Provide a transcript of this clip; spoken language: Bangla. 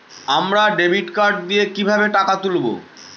আমরা ডেবিট কার্ড দিয়ে কিভাবে টাকা তুলবো?